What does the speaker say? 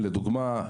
לדוגמה,